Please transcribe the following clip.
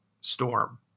Storm